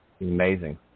Amazing